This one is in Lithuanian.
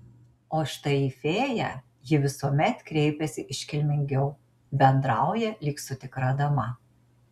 o štai į fėją ji visuomet kreipiasi iškilmingiau bendrauja lyg su tikra dama